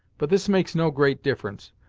but this makes no great difference,